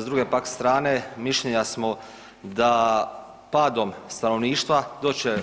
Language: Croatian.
S druge pak strane mišljenja smo da padom stanovništva doći će